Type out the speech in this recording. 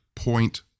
point